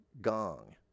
gong